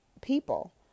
people